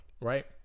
right